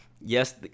Yes